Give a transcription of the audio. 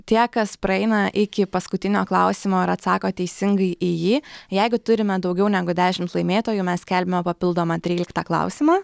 tie kas praeina iki paskutinio klausimo ir atsako teisingai į jį jeigu turime daugiau negu dešimt laimėtojų mes skelbiame papildomą tryliktą klausimą